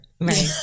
Right